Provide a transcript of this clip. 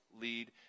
lead